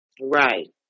right